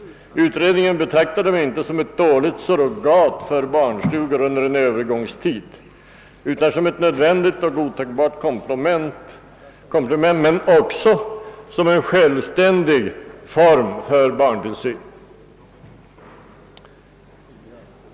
Utredningen betraktar dem inte som ett dåligt surrogat för barnstugor under en Öövergångstid, utan som ett nödvändigt och godtagbart koimplement' men också som en självständig form för barntillsynen.